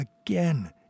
again